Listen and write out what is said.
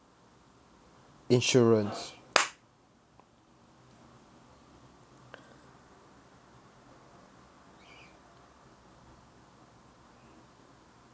insurance